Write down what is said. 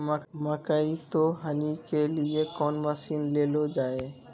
मकई तो हनी के लिए कौन मसीन ले लो जाए?